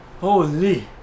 Holy